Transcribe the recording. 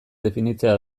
definitzea